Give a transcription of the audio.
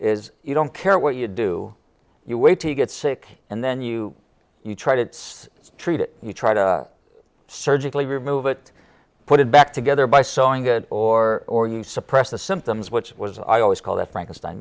is you don't care what you do you wait to get sick and then you you try to it's treat it you try to surgically remove it put it back together by sewing it or or you suppress the symptoms which was i always call that frankenstein